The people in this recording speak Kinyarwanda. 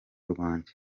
rwanjye